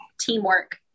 teamwork